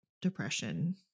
Depression